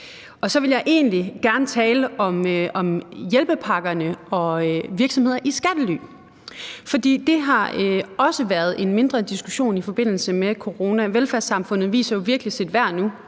i. Så vil jeg egentlig gerne tale om hjælpepakkerne og om virksomheder i skattely. For det har også været en mindre diskussion i forbindelse med corona – velfærdssamfundet viser jo virkelig sit værd nu,